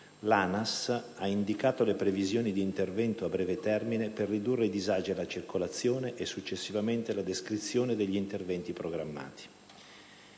l'ANAS ha indicato le previsioni di intervento a breve termine per ridurre i disagi alla circolazione e successivamente la descrizione degli interventi programmati.